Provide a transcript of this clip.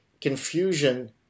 confusion